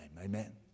amen